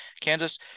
Kansas